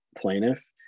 plaintiff